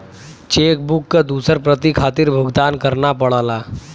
check book क दूसर प्रति खातिर भुगतान करना पड़ला